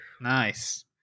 Nice